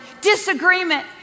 disagreement